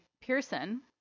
Pearson